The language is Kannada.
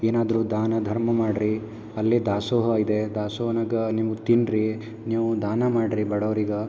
ಏನಾದರು ದಾನ ಧರ್ಮ ಮಾಡ್ರಿ ಅಲ್ಲಿ ದಾಸೋಹ ಇದೆ ದಾಸೋಹನಾಗ ನೀವು ತಿನ್ರಿ ನೀವು ದಾನ ಮಾಡ್ರಿ ಬಡವ್ರಿಗೆ